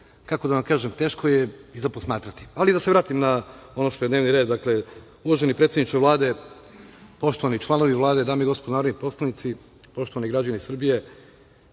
kako da vam kažem, teško je i za posmatrati. Ali da se vratim na ono što je dnevni red. Dakle, uvaženi predsedniče Vlade, poštovani članovi Vlade, dame i gospodo narodni poslanici, poštovani građani Srbije,